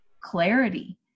clarity